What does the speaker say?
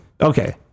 Okay